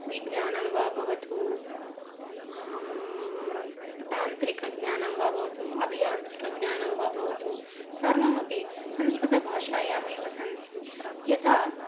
विज्ञानं वा भवतु तान्त्रिकज्ञानं वा भवतु अभियान्त्रिकज्ञानं वा भवतु सर्वमपि संस्कृतभाषायामेव सन्ति यथा